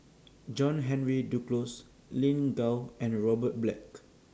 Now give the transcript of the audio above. John Henry Duclos Lin Gao and Robert Black